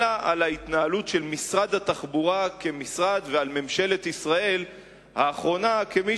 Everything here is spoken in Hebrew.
אלא על ההתנהלות של משרד התחבורה כמשרד ועל ממשלת ישראל האחרונה כמי